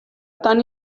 tant